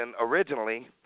originally